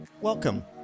Welcome